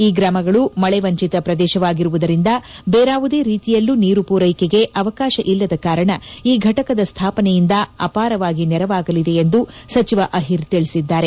ಈ ಗ್ರಾಮಗಳು ಮಳೆ ವಂಚಿತ ಪ್ರದೇಶವಾಗಿರುವುದರಿಂದ ಬೇರಾವುದೇ ರೀತಿಯಲ್ಲೂ ನೀರು ಮೂರೈಕೆಗೆ ಅವಕಾಶ ಇಲ್ಲದ ಕಾರಣ ಈ ಘಟಕದ ಸ್ಟಾಪನೆಯಿಂದ ಅಪಾರವಾಗಿ ನೆರವಾಗಲಿದೆ ಎಂದು ಸಚಿವ ಅಹಿರ್ ತಿಳಿಸಿದ್ದಾರೆ